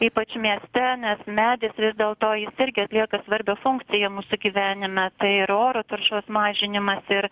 ypač mieste nes medis vis dėl to jis irgi atlieka svarbią funkciją mūsų gyvenime tai ir oro taršos mažinimas ir